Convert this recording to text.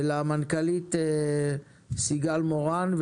ולמנכ"לית סיגל מורן,